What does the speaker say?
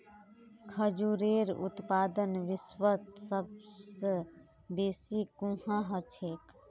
खजूरेर उत्पादन विश्वत सबस बेसी कुहाँ ह छेक